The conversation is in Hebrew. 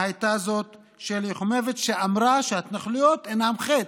והייתה זו שלי יחימוביץ' שאמרה שההתנחלויות אינן חטא,